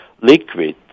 liquid